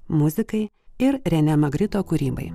muzikai ir renė magrito kūrybai